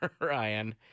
ryan